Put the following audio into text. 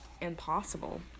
impossible